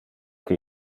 que